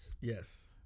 Yes